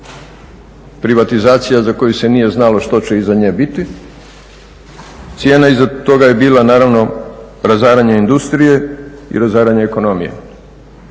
privatizacija za koju se nije znalo što će iza nje biti, cijena iza toga je bila naravno razaranje industrije i razaranje ekonomije.